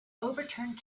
overturned